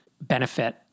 benefit